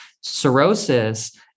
cirrhosis